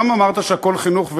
גם אמרת שהכול חינוך,